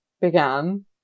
began